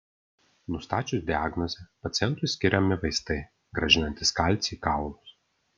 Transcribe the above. nustačius diagnozę pacientui skiriami vaistai grąžinantys kalcį į kaulus